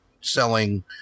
selling